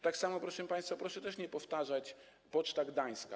Tak samo, proszę państwa, proszę też nie powtarzać: poczta gdańska.